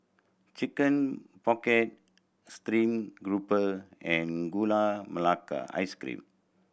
Chicken Pocket steamed garoupa and Gula Melaka Ice Cream